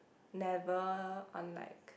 never on like